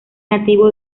nativo